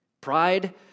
Pride